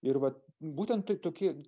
ir vat būtent tai tokie